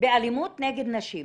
באלימות נגד נשים.